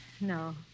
No